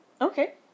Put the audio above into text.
Okay